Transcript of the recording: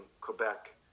Quebec